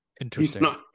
Interesting